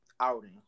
outing